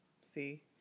see